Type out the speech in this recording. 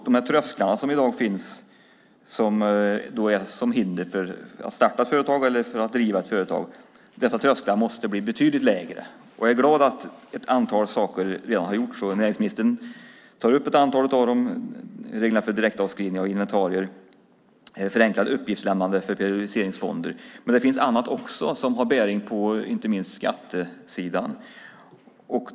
De trösklar som finns i dag, som utgör hinder för att starta ett företag eller driva ett företag, måste bli betydligt lägre. Jag är glad över att ett antal saker redan har gjorts. Näringsministern tar upp ett antal av dem, bland annat att man har förenklat reglerna för direktavskrivning av inventarier och att man har förenklat uppgiftslämnandet för periodiseringsfonder. Men det finns också annat som inte minst har bäring på skattesidan.